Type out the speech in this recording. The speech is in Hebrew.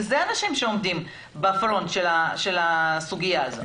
ואלה האנשים שעומדים בפרונט של הסוגיה הזאת.